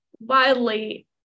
wildly